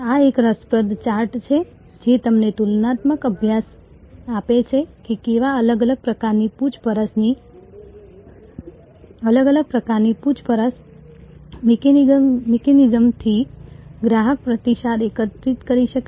આ એક રસપ્રદ ચાર્ટ છે જે તમને તુલનાત્મક અભ્યાસ આપે છે કે કેવા અલગ અલગ પ્રકારની પૂછપરછ મિકેનિઝમ્સથી ગ્રાહક પ્રતિસાદ એકત્રિત કરી શકાય